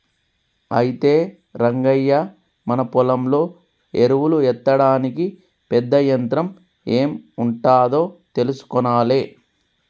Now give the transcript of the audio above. అయితే రంగయ్య మన పొలంలో ఎరువులు ఎత్తడానికి పెద్ద యంత్రం ఎం ఉంటాదో తెలుసుకొనాలే